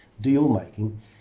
deal-making